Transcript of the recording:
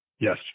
Yes